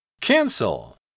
Cancel